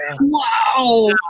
Wow